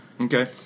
Okay